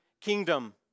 kingdom